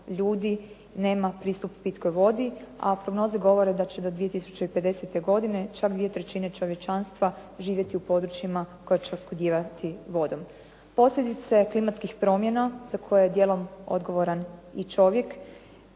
ljudi nema pristup pitkoj vodi, a prognoze govore da će do 2050. godine čak 2/3 čovječanstva živjeti u područjima koja će oskudijevati vodom. Posljedice klimatskih promjena za koje je dijelom odgovoran i čovjek